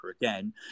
again